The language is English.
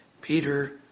Peter